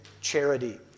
charity